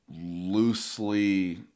loosely